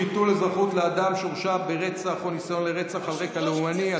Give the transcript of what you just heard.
ביטול אזרחות לאדם שהורשע ברצח או ניסיון לרצח על רקע לאומני),